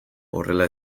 horrela